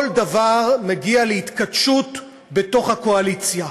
כל דבר מגיע להתכתשות בתוך הקואליציה.